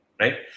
Right